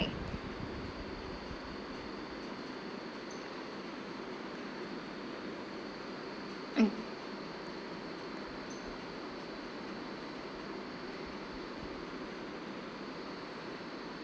uh